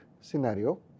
scenario